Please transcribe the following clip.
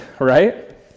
right